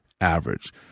average